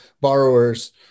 borrowers